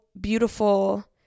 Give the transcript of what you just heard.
beautiful